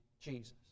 Jesus